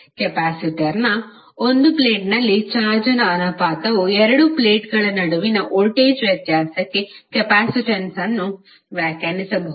ಕೆಪಾಸಿಟರ್ನ ಒಂದು ಪ್ಲೇಟ್ನಲ್ಲಿ ಚಾರ್ಜ್ನ ಅನುಪಾತವು ಎರಡು ಪ್ಲೇಟ್ಗಳ ನಡುವಿನ ವೋಲ್ಟೇಜ್ ವ್ಯತ್ಯಾಸಕ್ಕೆ ಕೆಪಾಸಿಟನ್ಸ್ ಅನ್ನು ವ್ಯಾಖ್ಯಾನಿಸಬಹುದು